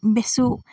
বেচোঁ